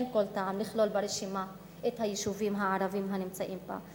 אין כל טעם לכלול ברשימה את היישובים הערביים הנמצאים כאן.